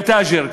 יא תאג'ר",